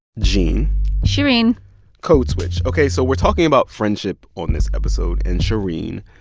gene shereen code switch. ok, so we're talking about friendship on this episode, and shereen,